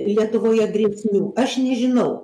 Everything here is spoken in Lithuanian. lietuvoje grėsmių aš nežinau